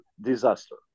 disaster